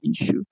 issue